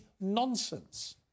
nonsense